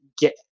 get –